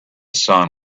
sun